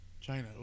China